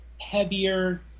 heavier